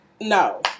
No